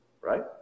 right